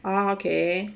oh okay